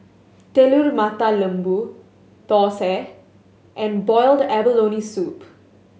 Telur Mata Lembu thosai and boiled abalone soup